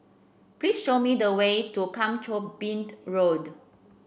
please show me the way to Kang Choo Bind Road